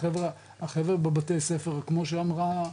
החבר'ה בבתי הספר, כמו שאמרה רוני.